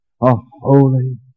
holy